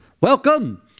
Welcome